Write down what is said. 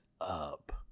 up